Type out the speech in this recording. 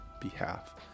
behalf